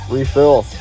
Refill